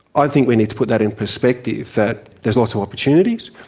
i think we need to put that in perspective that there's lots of opportunities,